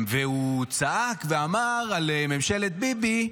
והוא צעק ואמר על ממשלת ביבי,